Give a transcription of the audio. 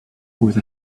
with